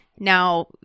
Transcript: Now